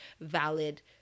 valid